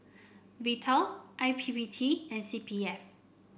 Vital I P P T and C P F